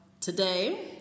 today